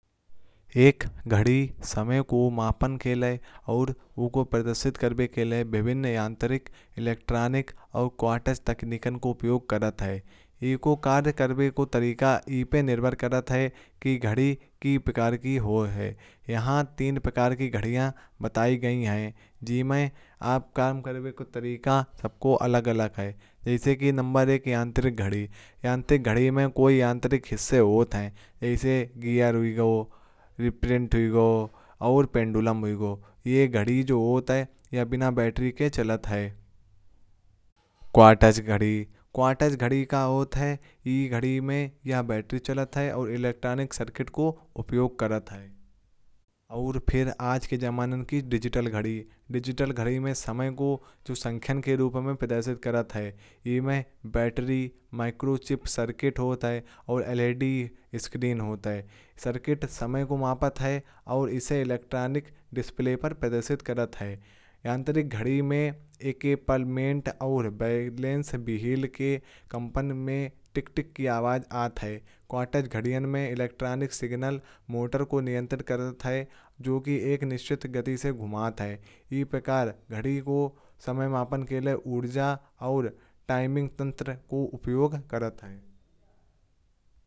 एक घड़ी समय को मापण के लिए और उनको प्रदर्शित करने के लिए। विभिन्न यांत्रिक इलेक्ट्रॉनिक और क्वार्टार तकनीक का उपयोग करत है। इसा का तरीका ई पर निर्भर करत है कि घड़ी की प्रकार की हो है। यहाँ तीन प्रकार की घड़ियाँ बताई गई हैं जी। मैं आप काम करावे को तरीका सबको अलग अलग है। जैसे कि नंबर एक यांत्रिक घड़ी। यांत्रिक घड़ी में कोई यांत्रिक हिस्से होते हैं ऐसे गियर वीगो और पेंडुलम वीगो। ये घड़ी जो होता है ये बिना बैटरी के चलत है। क्वार्टास घड़ी क्वार्टास घड़ी का होता है ई घड़ी में यह बैटरी चलाता है। और इलेक्ट्रॉनिक सर्किट का उपयोग करता है। और फिर आज के जमाना की डिजिटल घड़ी। डिजिटल घड़ी में समय को जो संख्या के रूप में प्रदर्शित करता है। इनमें बैटरी माइक्रोचिप्स सर्किट होता है। और एल एलईडी सर्किट समय को मापद है और इसे इलेक्ट्रॉनिक डिस्प्ले पर प्रदर्शित करता है। यांत्रिक घड़ी में एक पार्लामेंट और बैलेंस बीहिल के कंपन में टिक टिक की आवाज आता है। क्वार्टर घड़ियाँ में इलेक्ट्रॉनिक सिग्नल मोटर को नियंत्रित करते हैं। जो कि एक निश्चित गति से घुमाता है। इस प्रकार घड़ी को समय मापन के लिए ऊर्जा और टाइपिंग तंत्र का उपयोग करता है।